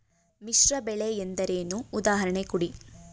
ಮಿಶ್ರ ಬೆಳೆ ಎಂದರೇನು, ಉದಾಹರಣೆ ಕೊಡಿ?